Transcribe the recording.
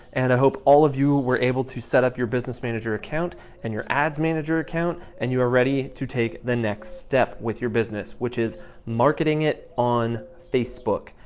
and hope all of you were able to set up your business manager account and your ads manager account, and you are ready to take the next step with your business, which is marketing it on facebook.